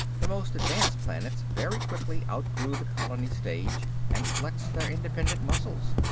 the most advanced planets very quickly outgrew the colony stage and flexed their independent muscles.